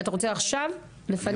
אתה רוצה עכשיו לפניהם?